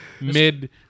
mid